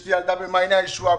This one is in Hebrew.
ואשתי ילדה במעייני הישועה,